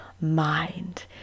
mind